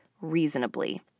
reasonably